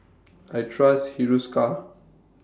I Trust Hiruscar